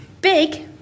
Big